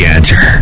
Answer